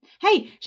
Hey